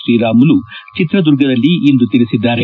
ಶ್ರೀರಾಮುಲು ಚಿತ್ರದುರ್ಗದಲ್ಲಿಂದು ತಿಳಿಸಿದ್ದಾರೆ